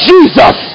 Jesus